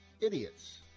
idiots